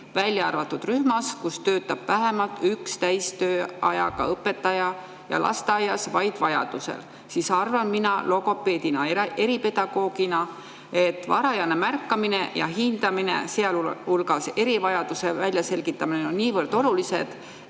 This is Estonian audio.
välja arvatud rühmas, kus töötab vähemalt üks täistööajaga õpetaja, ja lasteaias vaid vajadusel, siis [arvab kirja autor] logopeedina, eripedagoogina, et varajane märkamine ja hindamine, sealhulgas erivajaduse väljaselgitamine, on niivõrd olulised,